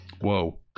Whoa